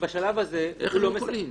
איך הם פונים?